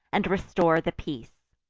and restore the peace.